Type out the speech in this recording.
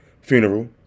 funeral